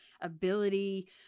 ability